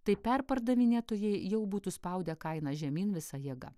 tai perpardavinėtojai jau būtų spaudę kainą žemyn visa jėga